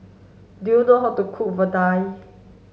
do you know how to cook Vadai